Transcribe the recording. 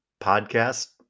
podcast